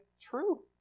true